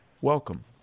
Welcome